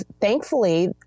thankfully